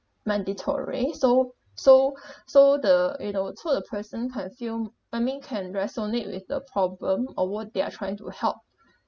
mandatory so so so the you know so the person can feel I mean can resonate with the problem or what they are trying to help